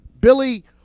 Billy